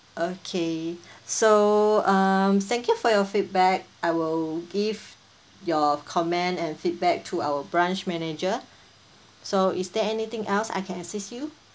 okay so um thank you for your feedback I will give your comment and feedback to our branch manager so is there anything else I can assist you